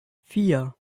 vier